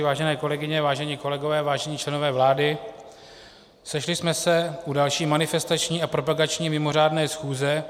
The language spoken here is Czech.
Vážené kolegyně, vážení kolegové, vážení členové vlády, sešli jsme se u další manifestační a propagační mimořádné schůze.